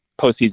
postseason